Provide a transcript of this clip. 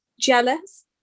Jealous